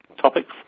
topics